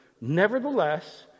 Nevertheless